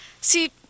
See